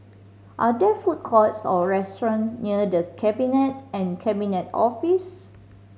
are there food courts or restaurants near The Cabinet and Cabinet Office